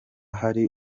hari